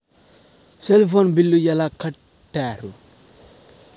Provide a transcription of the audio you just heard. Cell phone bill ఎలా కట్టారు?